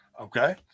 Okay